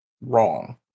wrong